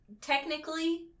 technically